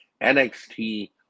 NXT